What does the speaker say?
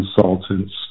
consultants